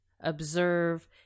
observe